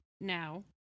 now